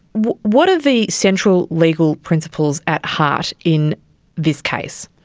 what are the central legal principles at heart in this case?